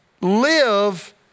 live